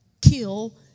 kill